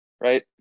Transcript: right